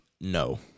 No